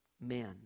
Men